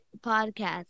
podcast